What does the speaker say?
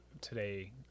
today